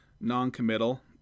non-committal